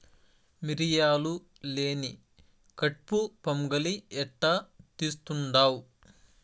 మిరియాలు లేని కట్పు పొంగలి ఎట్టా తీస్తుండావ్